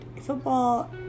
Football